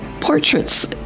portraits